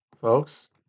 folks